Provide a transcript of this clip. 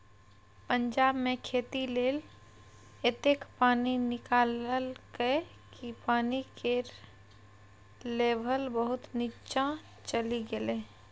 पंजाब मे खेती लेल एतेक पानि निकाललकै कि पानि केर लेभल बहुत नीच्चाँ चलि गेलै